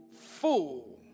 fool